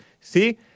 See